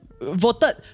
voted